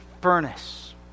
furnace